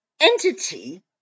entity